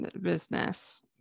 business